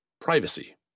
privacy